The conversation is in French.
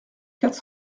quatre